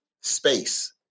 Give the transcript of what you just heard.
Space